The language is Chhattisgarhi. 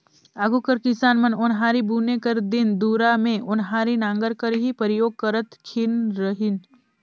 आघु कर किसान मन ओन्हारी बुने कर दिन दुरा मे ओन्हारी नांगर कर ही परियोग करत खित रहिन